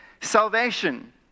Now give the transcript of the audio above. salvation